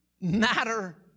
matter